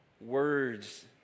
words